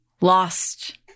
lost